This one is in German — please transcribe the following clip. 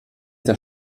das